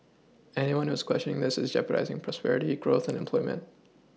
anyone who is questioning this is jeopardising prosperity growth and employment